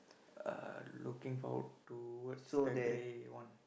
uh looking forward towards the grey one